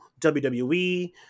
WWE